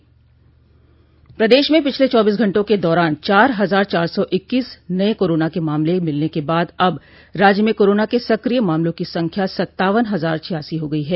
प्रदेश में पिछले चौबीस घंटों के दौरान चार हजार चार सौ इक्कीस नये कोरोना के मामले मिलने के बाद अब राज्य में कोरोना के सक्रिय मामलों की संख्या सत्तावन हजार छियासी हो गयी है